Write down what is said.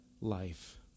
life